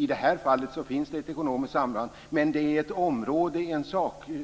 I det här fallet finns det ett ekonomiskt samband, men det är